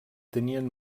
tenien